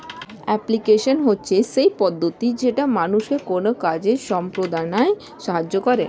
application হচ্ছে সেই পদ্ধতি যেটা মানুষকে কোনো কাজ সম্পদনায় সাহায্য করে